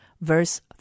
verse